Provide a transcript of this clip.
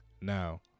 Now